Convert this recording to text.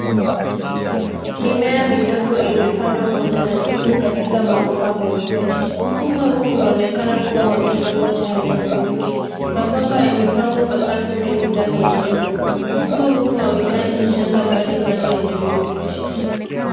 Mimea midogo imepandwa kwa utaratibu katika mabomba meupe. Mfumo huu unaonekana kuwa wa kilimo cha haidroponiki. Mabomba yamepangwa kwa safu ndefu ndani ya jengo. Mfumo huu hauhitaji mchanga bali maji yenye virutubisho.